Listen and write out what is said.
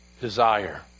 desire